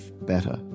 better